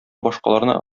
башкаларны